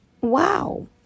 wow